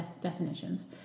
definitions